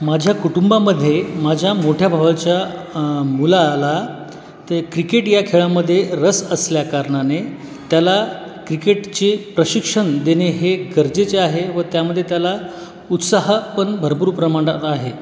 माझ्या कुटुंबामध्ये माझ्या मोठ्या भावाच्या मुलाला ते क्रिकेट या खेळामध्ये रस असल्याकारणाने त्याला क्रिकेटची प्रशिक्षण देणे हे गरजेचे आहे व त्यामध्ये त्याला उत्साह पण भरपूर प्रमाणात आहे